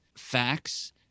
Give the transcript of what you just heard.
Facts